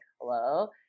hello